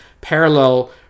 parallel